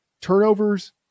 Turnovers